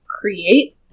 create